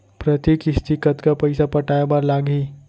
प्रति किस्ती कतका पइसा पटाये बर लागही?